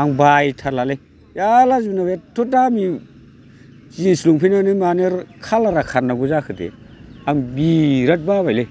आं बायथारलालै बिराद लाजिबाय एदथ' दामि जिन्स लंफेन्टानो मानो खालारा खारनांगौ जाखो दे आं बिराद बाबायलै